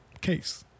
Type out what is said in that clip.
case